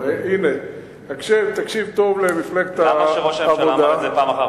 למה כשראש הממשלה אמר את זה פעם אחר